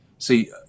See